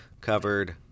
covered